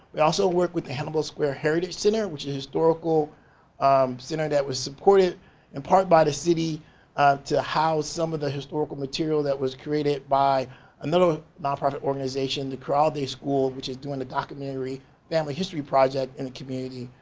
we also work with the hannibal square heritage center which is historical center that was supported in part by the city to house some of the historical material that was created by another nonprofit organization the corral day school which is doing the documentary family history project in the community.